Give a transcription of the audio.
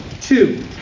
two